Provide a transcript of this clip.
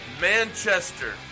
Manchester